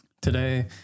today